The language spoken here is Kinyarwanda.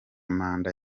manda